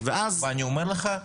ואני אומר לך,